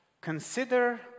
Consider